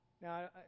Now